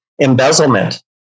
embezzlement